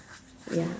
ya